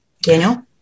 Daniel